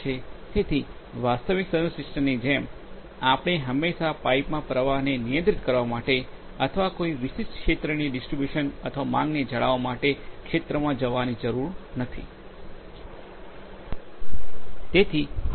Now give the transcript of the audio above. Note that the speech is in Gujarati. તેથી વાસ્તવિક સમય સિસ્ટમની જેમ આપણે હંમેશા પાઇપમાં પ્રવાહને નિયંત્રિત કરવા માટે અથવા કોઈ વિશિષ્ટ ક્ષેત્રની ડિસ્ટ્રિબ્યુશન અથવા માંગને જાળવવા માટે ક્ષેત્રમાં જવાની જરૂર નથી